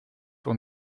pour